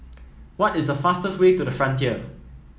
what is the fastest way to the Frontier